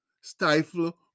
stifle